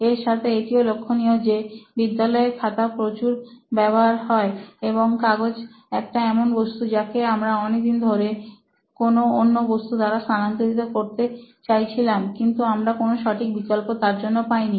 এর সাথে এটিও লক্ষণীয় যে বিদ্যালয় খাতার প্রচুর ব্যবহার হয় এবং কাগজ একটি এমন বস্তু যাকে আমরা অনেকদিন ধরে কোন অন্য বস্তু দ্বারা স্থানান্তরিত করতে চাইছিলাম কিন্তু আমরা কোন সঠিক বিকল্প তার জন্য পাইনি